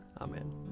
Amen